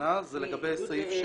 ואחרונה לגבי סעיף 6(ב),